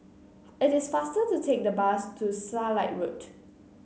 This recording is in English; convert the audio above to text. it is faster to take the bus to Starlight Road